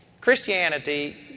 Christianity